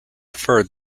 preferred